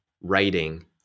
writing